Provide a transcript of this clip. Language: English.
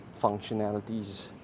functionalities